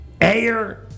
air